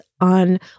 on